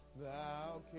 thou